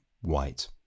white